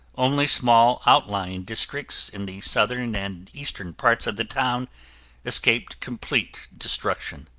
only small outlying districts in the southern and eastern parts of the town escaped complete destruction.